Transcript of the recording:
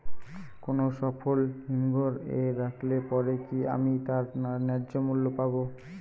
কোনো ফসল হিমঘর এ রাখলে পরে কি আমি তার ন্যায্য মূল্য পাব?